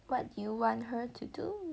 what you want her to do